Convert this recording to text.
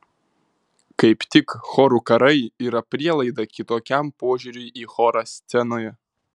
kaip tik chorų karai yra prielaida kitokiam požiūriui į chorą scenoje